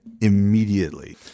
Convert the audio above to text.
immediately